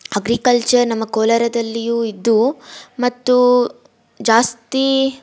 agriculture ನಮ್ಮ ಕೋಲಾರದಲ್ಲಿಯೂ ಇದ್ದು ಮತ್ತು ಜಾಸ್ತಿ